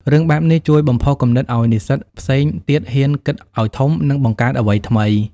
រឿងបែបនេះជួយបំផុសគំនិតឲ្យនិស្សិតផ្សេងទៀតហ៊ានគិតឲ្យធំ និងបង្កើតអ្វីថ្មី។